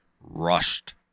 rushed